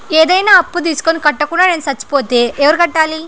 ఏదైనా అప్పు తీసుకొని కట్టకుండా నేను సచ్చిపోతే ఎవరు కట్టాలి?